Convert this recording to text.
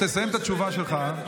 סיים את התשובה שלך,